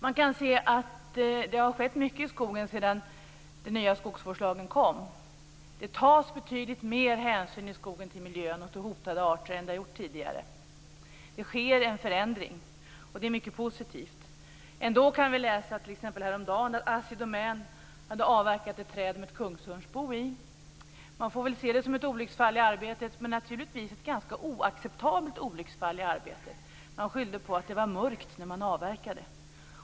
Man kan se att det har skett mycket i skogen sedan den nya skogsvårdslagen trädde i kraft. Det tas betydligt mer hänsyn i skogen till miljön och till hotade arter än tidigare. Det sker en förändring, och det är mycket positivt. Ändå kunde vi häromdagen läsa att Assi Domän hade avverkat ett träd med ett kungsörnsbo i. Man får väl se det som ett olycksfall i arbetet. Men det är naturligtvis ett ganska oacceptabelt olycksfall i arbetet. Man skyllde på att det var mörkt när man avverkade.